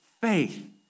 faith